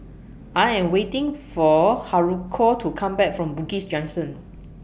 I Am waiting For Haruko to Come Back from Bugis Junction